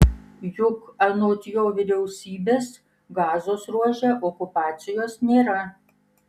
juk anot jo vyriausybės gazos ruože okupacijos nėra